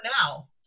now